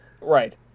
Right